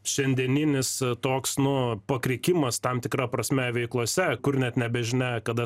šiandieninis toks nu pakrikimas tam tikra prasme veiklose kur net nebežinia kada